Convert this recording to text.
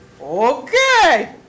Okay